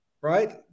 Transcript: right